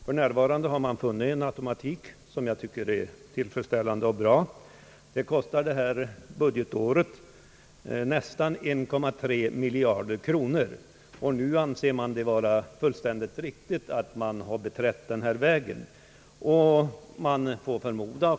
För närvarande har man funnit en automatik som jag tycker är tillfredsställande och bra. Kostnaderna uppgår detta budgetår till nära 1,3 miljard kronor. Nu anser man det vara fullständigt riktigt att den vägen har beträtts.